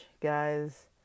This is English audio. guys